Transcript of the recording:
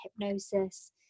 hypnosis